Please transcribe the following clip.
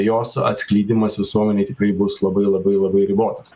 jos atskleidimas visuomenei tikrai bus labai labai labai ribotas